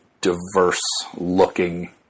diverse-looking